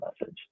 message